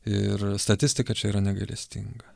ir statistika čia yra negailestinga